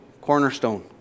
cornerstone